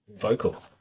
vocal